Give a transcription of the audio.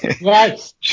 Yes